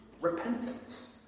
repentance